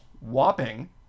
whopping